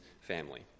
family